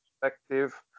Perspective